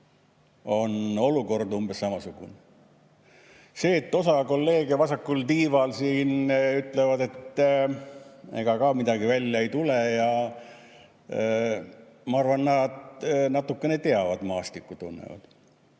on olukord umbes samasugune. Osa kolleege siin vasakul tiival ütlevad, et ega ka midagi välja ei tule, ja ma arvan, et nad natukene seda teavad, maastikku tunnevad.